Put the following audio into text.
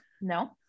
No